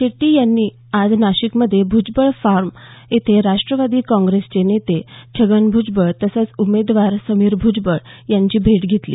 शेट्टी यांनी आज नाशिकमध्ये भूजबळ फार्म येथे राष्ट्रवादी काँप्रेसचे नेते छगन भूजबळ तसंच उमेदवार समीर भ्जबळ यांची भेट घेतली